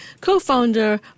co-founder